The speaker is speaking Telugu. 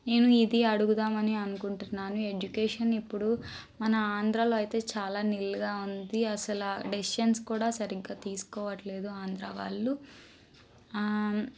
నేను ఇది అడుగుదాం అని అనుకుంటున్నాను ఎడ్యుకేషన్ ఇప్పుడు మన ఆంధ్రాలో అయితే చాలా నిల్గా ఉంది అసలా డెసిషన్స్ కూడా సరిగ్గా తీసుకోవట్లేదు ఆంధ్రావాళ్ళు